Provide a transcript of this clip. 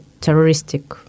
terroristic